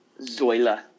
Zoila